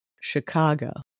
Chicago